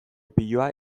piloa